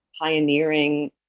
pioneering